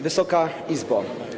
Wysoka Izbo!